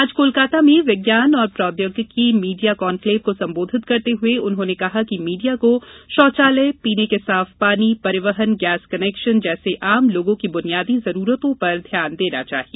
आज कोलकाता में विज्ञान और प्रौद्योगिकी मीडिया कॉन्वलेव को संबोधित करते हुए उन्होंने कहा कि मीडिया को शौचालय पीने के साफ पानी परिवहन गैस कनेक्शन जैसी आम लोगों की बुनियादी जरूरतों पर ध्यान देना चाहिए